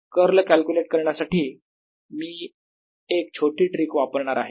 curl calculate करण्यासाठी मी एक छोटी ट्रीक वापरणार आहे